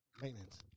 maintenance